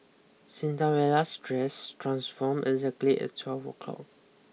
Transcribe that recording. Cinderella's dress transformed exactly at twelve o'clock